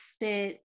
fit